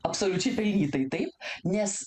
absoliučiai pelnytai taip nes